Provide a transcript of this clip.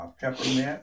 peppermint